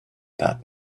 that